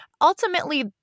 Ultimately